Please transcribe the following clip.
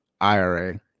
IRA